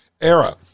Era